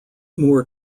moor